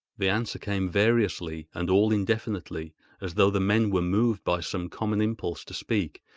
the answer came variously and all indefinitely as though the men were moved by some common impulse to speak,